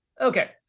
Okay